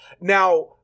Now